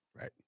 Right